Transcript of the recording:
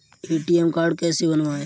ATM card कैसे बनवाएँ?